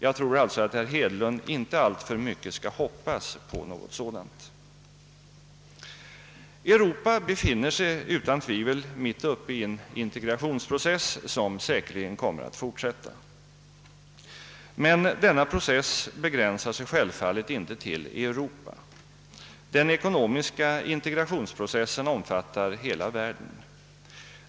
Jag tror alltså att herr Hedlund inte skall hoppas alltför mycket på något sådant. Europa befinner sig utan tvivel mitt uppe i en integrationsprocess, som säkerligen kommer att fortsätta. Men den processen begränsar sig självfallet inte till Europa. Den ekonomiska integrationen omfattar hela världen.